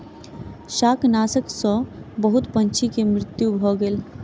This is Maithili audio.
शाकनाशक सॅ बहुत पंछी के मृत्यु भ गेल